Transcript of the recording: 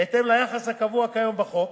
בהתאם ליחס הקבוע כיום בחוק.